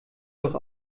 doch